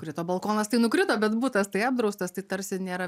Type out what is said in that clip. krito balkonas tai nukrito bet butas tai apdraustas tai tarsi nėra